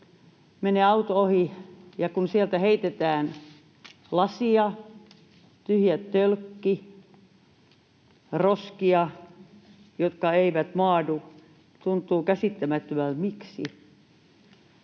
menee auto ohi ja sieltä heitetään lasia, tyhjä tölkki, roskia, jotka eivät maadu. Tuntuu käsittämättömältä, miksi.